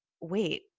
wait